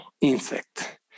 insect